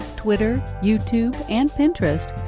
twitter, youtube, and pinterest,